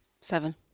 seven